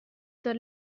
tot